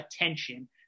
attention